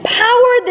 power